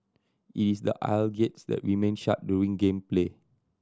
it is the aisle gates that remain shut during game play